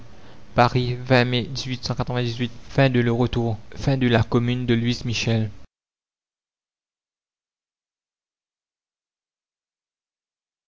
la vision de